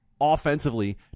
offensively